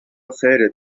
خیرت